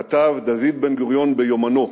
כתב דוד בן-גוריון ביומנו: